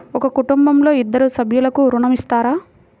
ఒక కుటుంబంలో ఇద్దరు సభ్యులకు ఋణం ఇస్తారా?